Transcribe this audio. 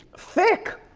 thick.